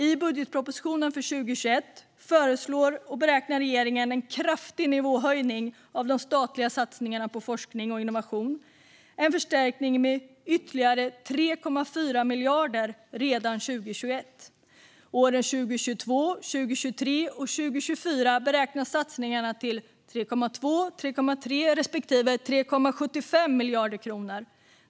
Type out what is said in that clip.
I budgetpropositionen för 2021 föreslår och beräknar regeringen en kraftig nivåhöjning av de statliga satsningarna på forskning och innovation. Det blir en förstärkning med ytterligare 3,4 miljarder redan 2021. Åren 2022, 2023 och 2024 beräknas satsningarna till 3,2, 3,3 respektive 3,75 miljarder kronor.